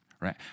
right